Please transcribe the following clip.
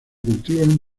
cultivan